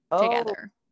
together